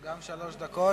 שלוש דקות.